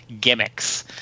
gimmicks